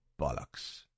bollocks